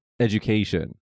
education